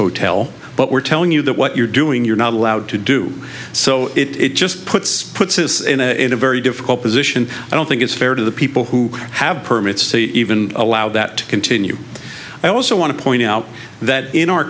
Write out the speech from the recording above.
hotel but we're telling you that what you're doing you're not allowed to do so it just puts puts in a very difficult position i don't think it's fair to the people who have permits to even allow that to continue i also want to point out that in our